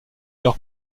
leur